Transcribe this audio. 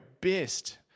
best